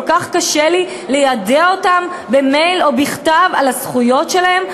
כל כך קשה לי ליידע אותם במייל או בכתב על הזכויות שלהם?